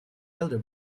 elder